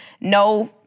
no